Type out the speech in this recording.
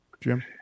Jim